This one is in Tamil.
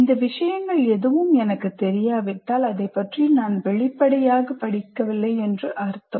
இந்த விஷயங்கள் எதுவும் எனக்குத் தெரியாவிட்டால் அதைப் பற்றி நான் வெளிப்படையாகப் படிக்கவில்லை என்று அர்த்தம்